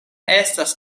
estas